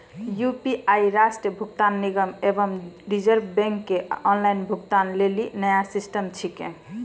UPI राष्ट्रीय भुगतान निगम एवं रिज़र्व बैंक के ऑनलाइन भुगतान लेली नया सिस्टम छिकै